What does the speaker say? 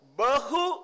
Bahu